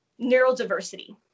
neurodiversity